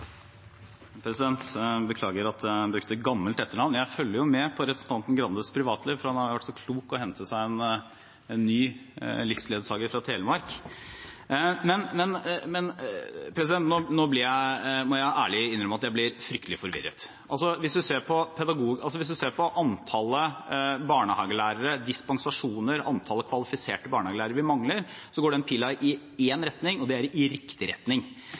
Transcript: Beklager at jeg brukte gammelt etternavn. Jeg følger jo med på representanten Grandes privatliv, for han har vært så klok å hente seg en ny livsledsager fra Telemark. Nå må jeg ærlig innrømme at jeg ble fryktelig forvirret. Hvis man ser på antallet barnehagelærere, dispensasjoner, antallet kvalifiserte barnehagelærere vi mangler, så går den pila i én retning, og det er i riktig retning.